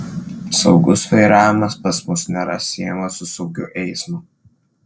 saugus vairavimas pas mus nėra siejamas su saugiu eismu